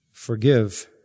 Forgive